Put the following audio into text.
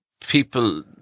people